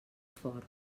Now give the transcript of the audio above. fort